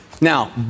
Now